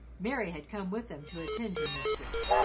mary had come with them to attend her mistress,